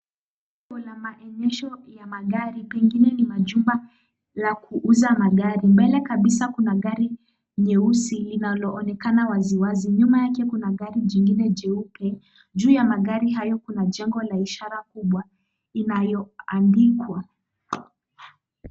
Kuna maadhimisho ya magari kwingine ni jumba la kuuza magari. Mbele kabisa kuna gari nyeusi linaloonekana waziwazi nyuma yake kuna gari nyingine nyeupe. Juu ya magari hayo kuna jengo la ishara kubwa inayoandikwa.